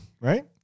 right